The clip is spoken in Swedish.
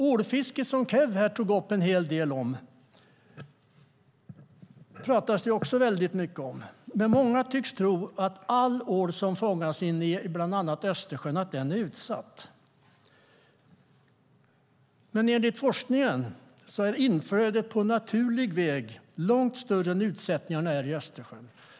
Ålfisket, som Kew tog upp, talas det också mycket om, och många tycks tro att all ål som fångas i bland annat Östersjön är utsatt. Enligt forskningen är inflödet på naturlig väg långt större än utsättningarna i Östersjön.